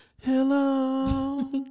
hello